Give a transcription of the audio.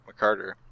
McCarter